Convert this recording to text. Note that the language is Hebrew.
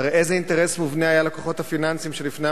שהרי איזה אינטרס מובנה היה לכוחות הפיננסיים של לפני